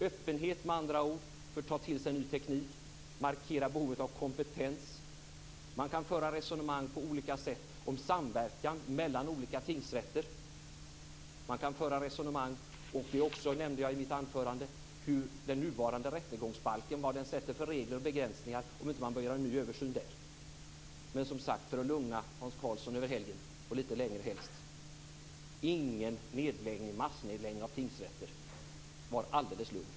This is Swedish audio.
Vi vill med andra ord ha öppenhet för att ta till sig ny teknik och markera behovet av kompetens. Man kan föra resonemang på olika sätt om samverkan mellan olika tingsrätter. Man kan även föra resonemang - det nämnde jag också i mitt anförande - om den nuvarande rättegångsbalken, om vad den har för regler och begränsningar och om man inte bör göra en ny översyn. Men, som sagt, för att lugna Hans Karlsson över helgen och helst lite längre: Det blir ingen massnedläggning av tingsrätter. Var alldeles lugn!